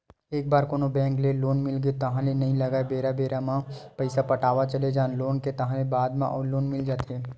एक बार कोनो बेंक ले लोन मिलगे ताहले नइ लगय बेरा बेरा म पइसा पटावत चले जा लोन के ताहले बाद म अउ लोन मिल जाथे